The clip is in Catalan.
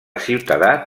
ciutadà